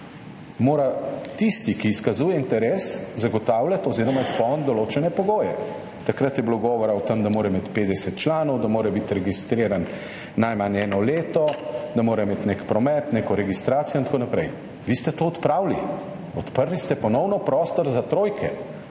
tisti, ki izkazuje interes, zagotavljati oziroma izpolniti določene pogoje. Takrat je bilo govora o tem, da mora imeti 50 članov, da mora biti registriran najmanj eno leto, da mora imeti nek promet, neko registracijo in tako naprej. Vi ste to odpravili. Ponovno ste odprli prostor za trojke